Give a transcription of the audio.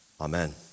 amen